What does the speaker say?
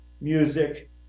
music